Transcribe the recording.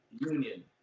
union